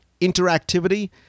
interactivity